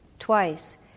Twice